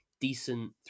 decent